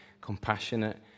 compassionate